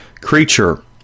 creature